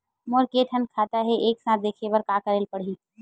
मोर के थन खाता हे एक साथ देखे बार का करेला पढ़ही?